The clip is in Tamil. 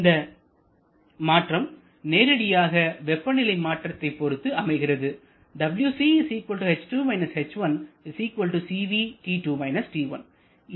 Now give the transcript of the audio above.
இந்த மாற்றம் நேரடியாக வெப்பநிலை மாற்றத்தின் பொருத்து அமைகிறது